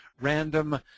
random